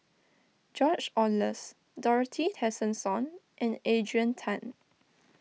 George Oehlers Dorothy Tessensohn and Adrian Tan